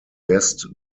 best